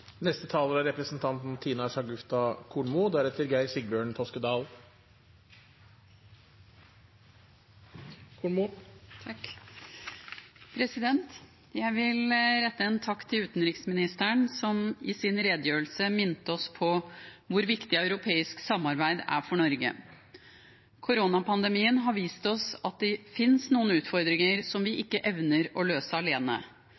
Jeg vil rette en takk til utenriksministeren, som i sin redegjørelse minte oss på hvor viktig europeisk samarbeid er for Norge. Koronapandemien har vist oss at det finnes noen utfordringer som vi ikke evner å løse alene.